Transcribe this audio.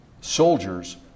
soldiers